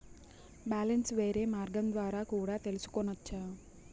Balance వేరే మార్గం ద్వారా కూడా తెలుసుకొనొచ్చా?